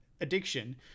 addiction